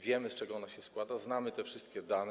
Wiemy, z czego ona się składa, znamy te wszystkie dane.